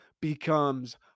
becomes